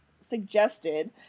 Suggested